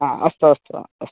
आ अस्तु अस्तु आ अस्तु